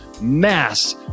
mass